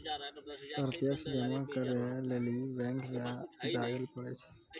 प्रत्यक्ष जमा करै लेली बैंक जायल पड़ै छै